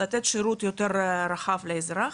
לתת שירות יותר רחב לאזרח.